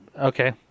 Okay